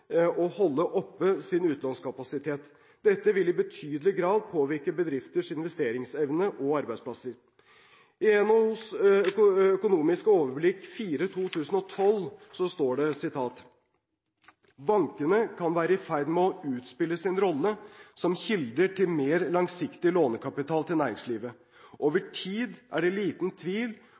holde oppe sin utlånskapasitet. Dette vil i betydelig grad påvirke bedrifters investeringsevne og arbeidsplasser. I NHOs «Økonomisk overblikk 4/2012» står det: «Bankene kan være i ferd med å utspille sin rolle som kilder til mer langsiktig lånekapital til næringslivet. Over noe tid er det liten tvil